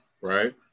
right